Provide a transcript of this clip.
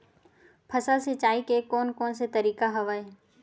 फसल सिंचाई के कोन कोन से तरीका हवय?